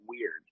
weird